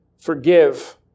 forgive